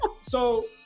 So-